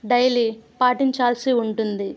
daily పాటించాల్సి ఉంటుంది